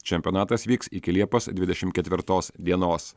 čempionatas vyks iki liepos dvidešim ketvirtos dienos